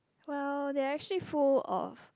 well that actually full of